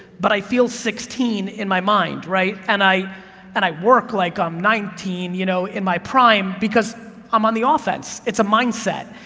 but i feel sixteen in my mind, right, and i and i work like i'm nineteen, you know, in my prime, because i'm on the offense. it's a mindset.